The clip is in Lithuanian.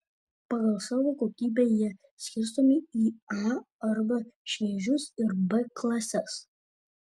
pagal savo kokybę jie skirstomi į a arba šviežius ir b klases